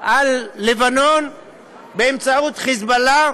על לבנון באמצעות "חיזבאללה"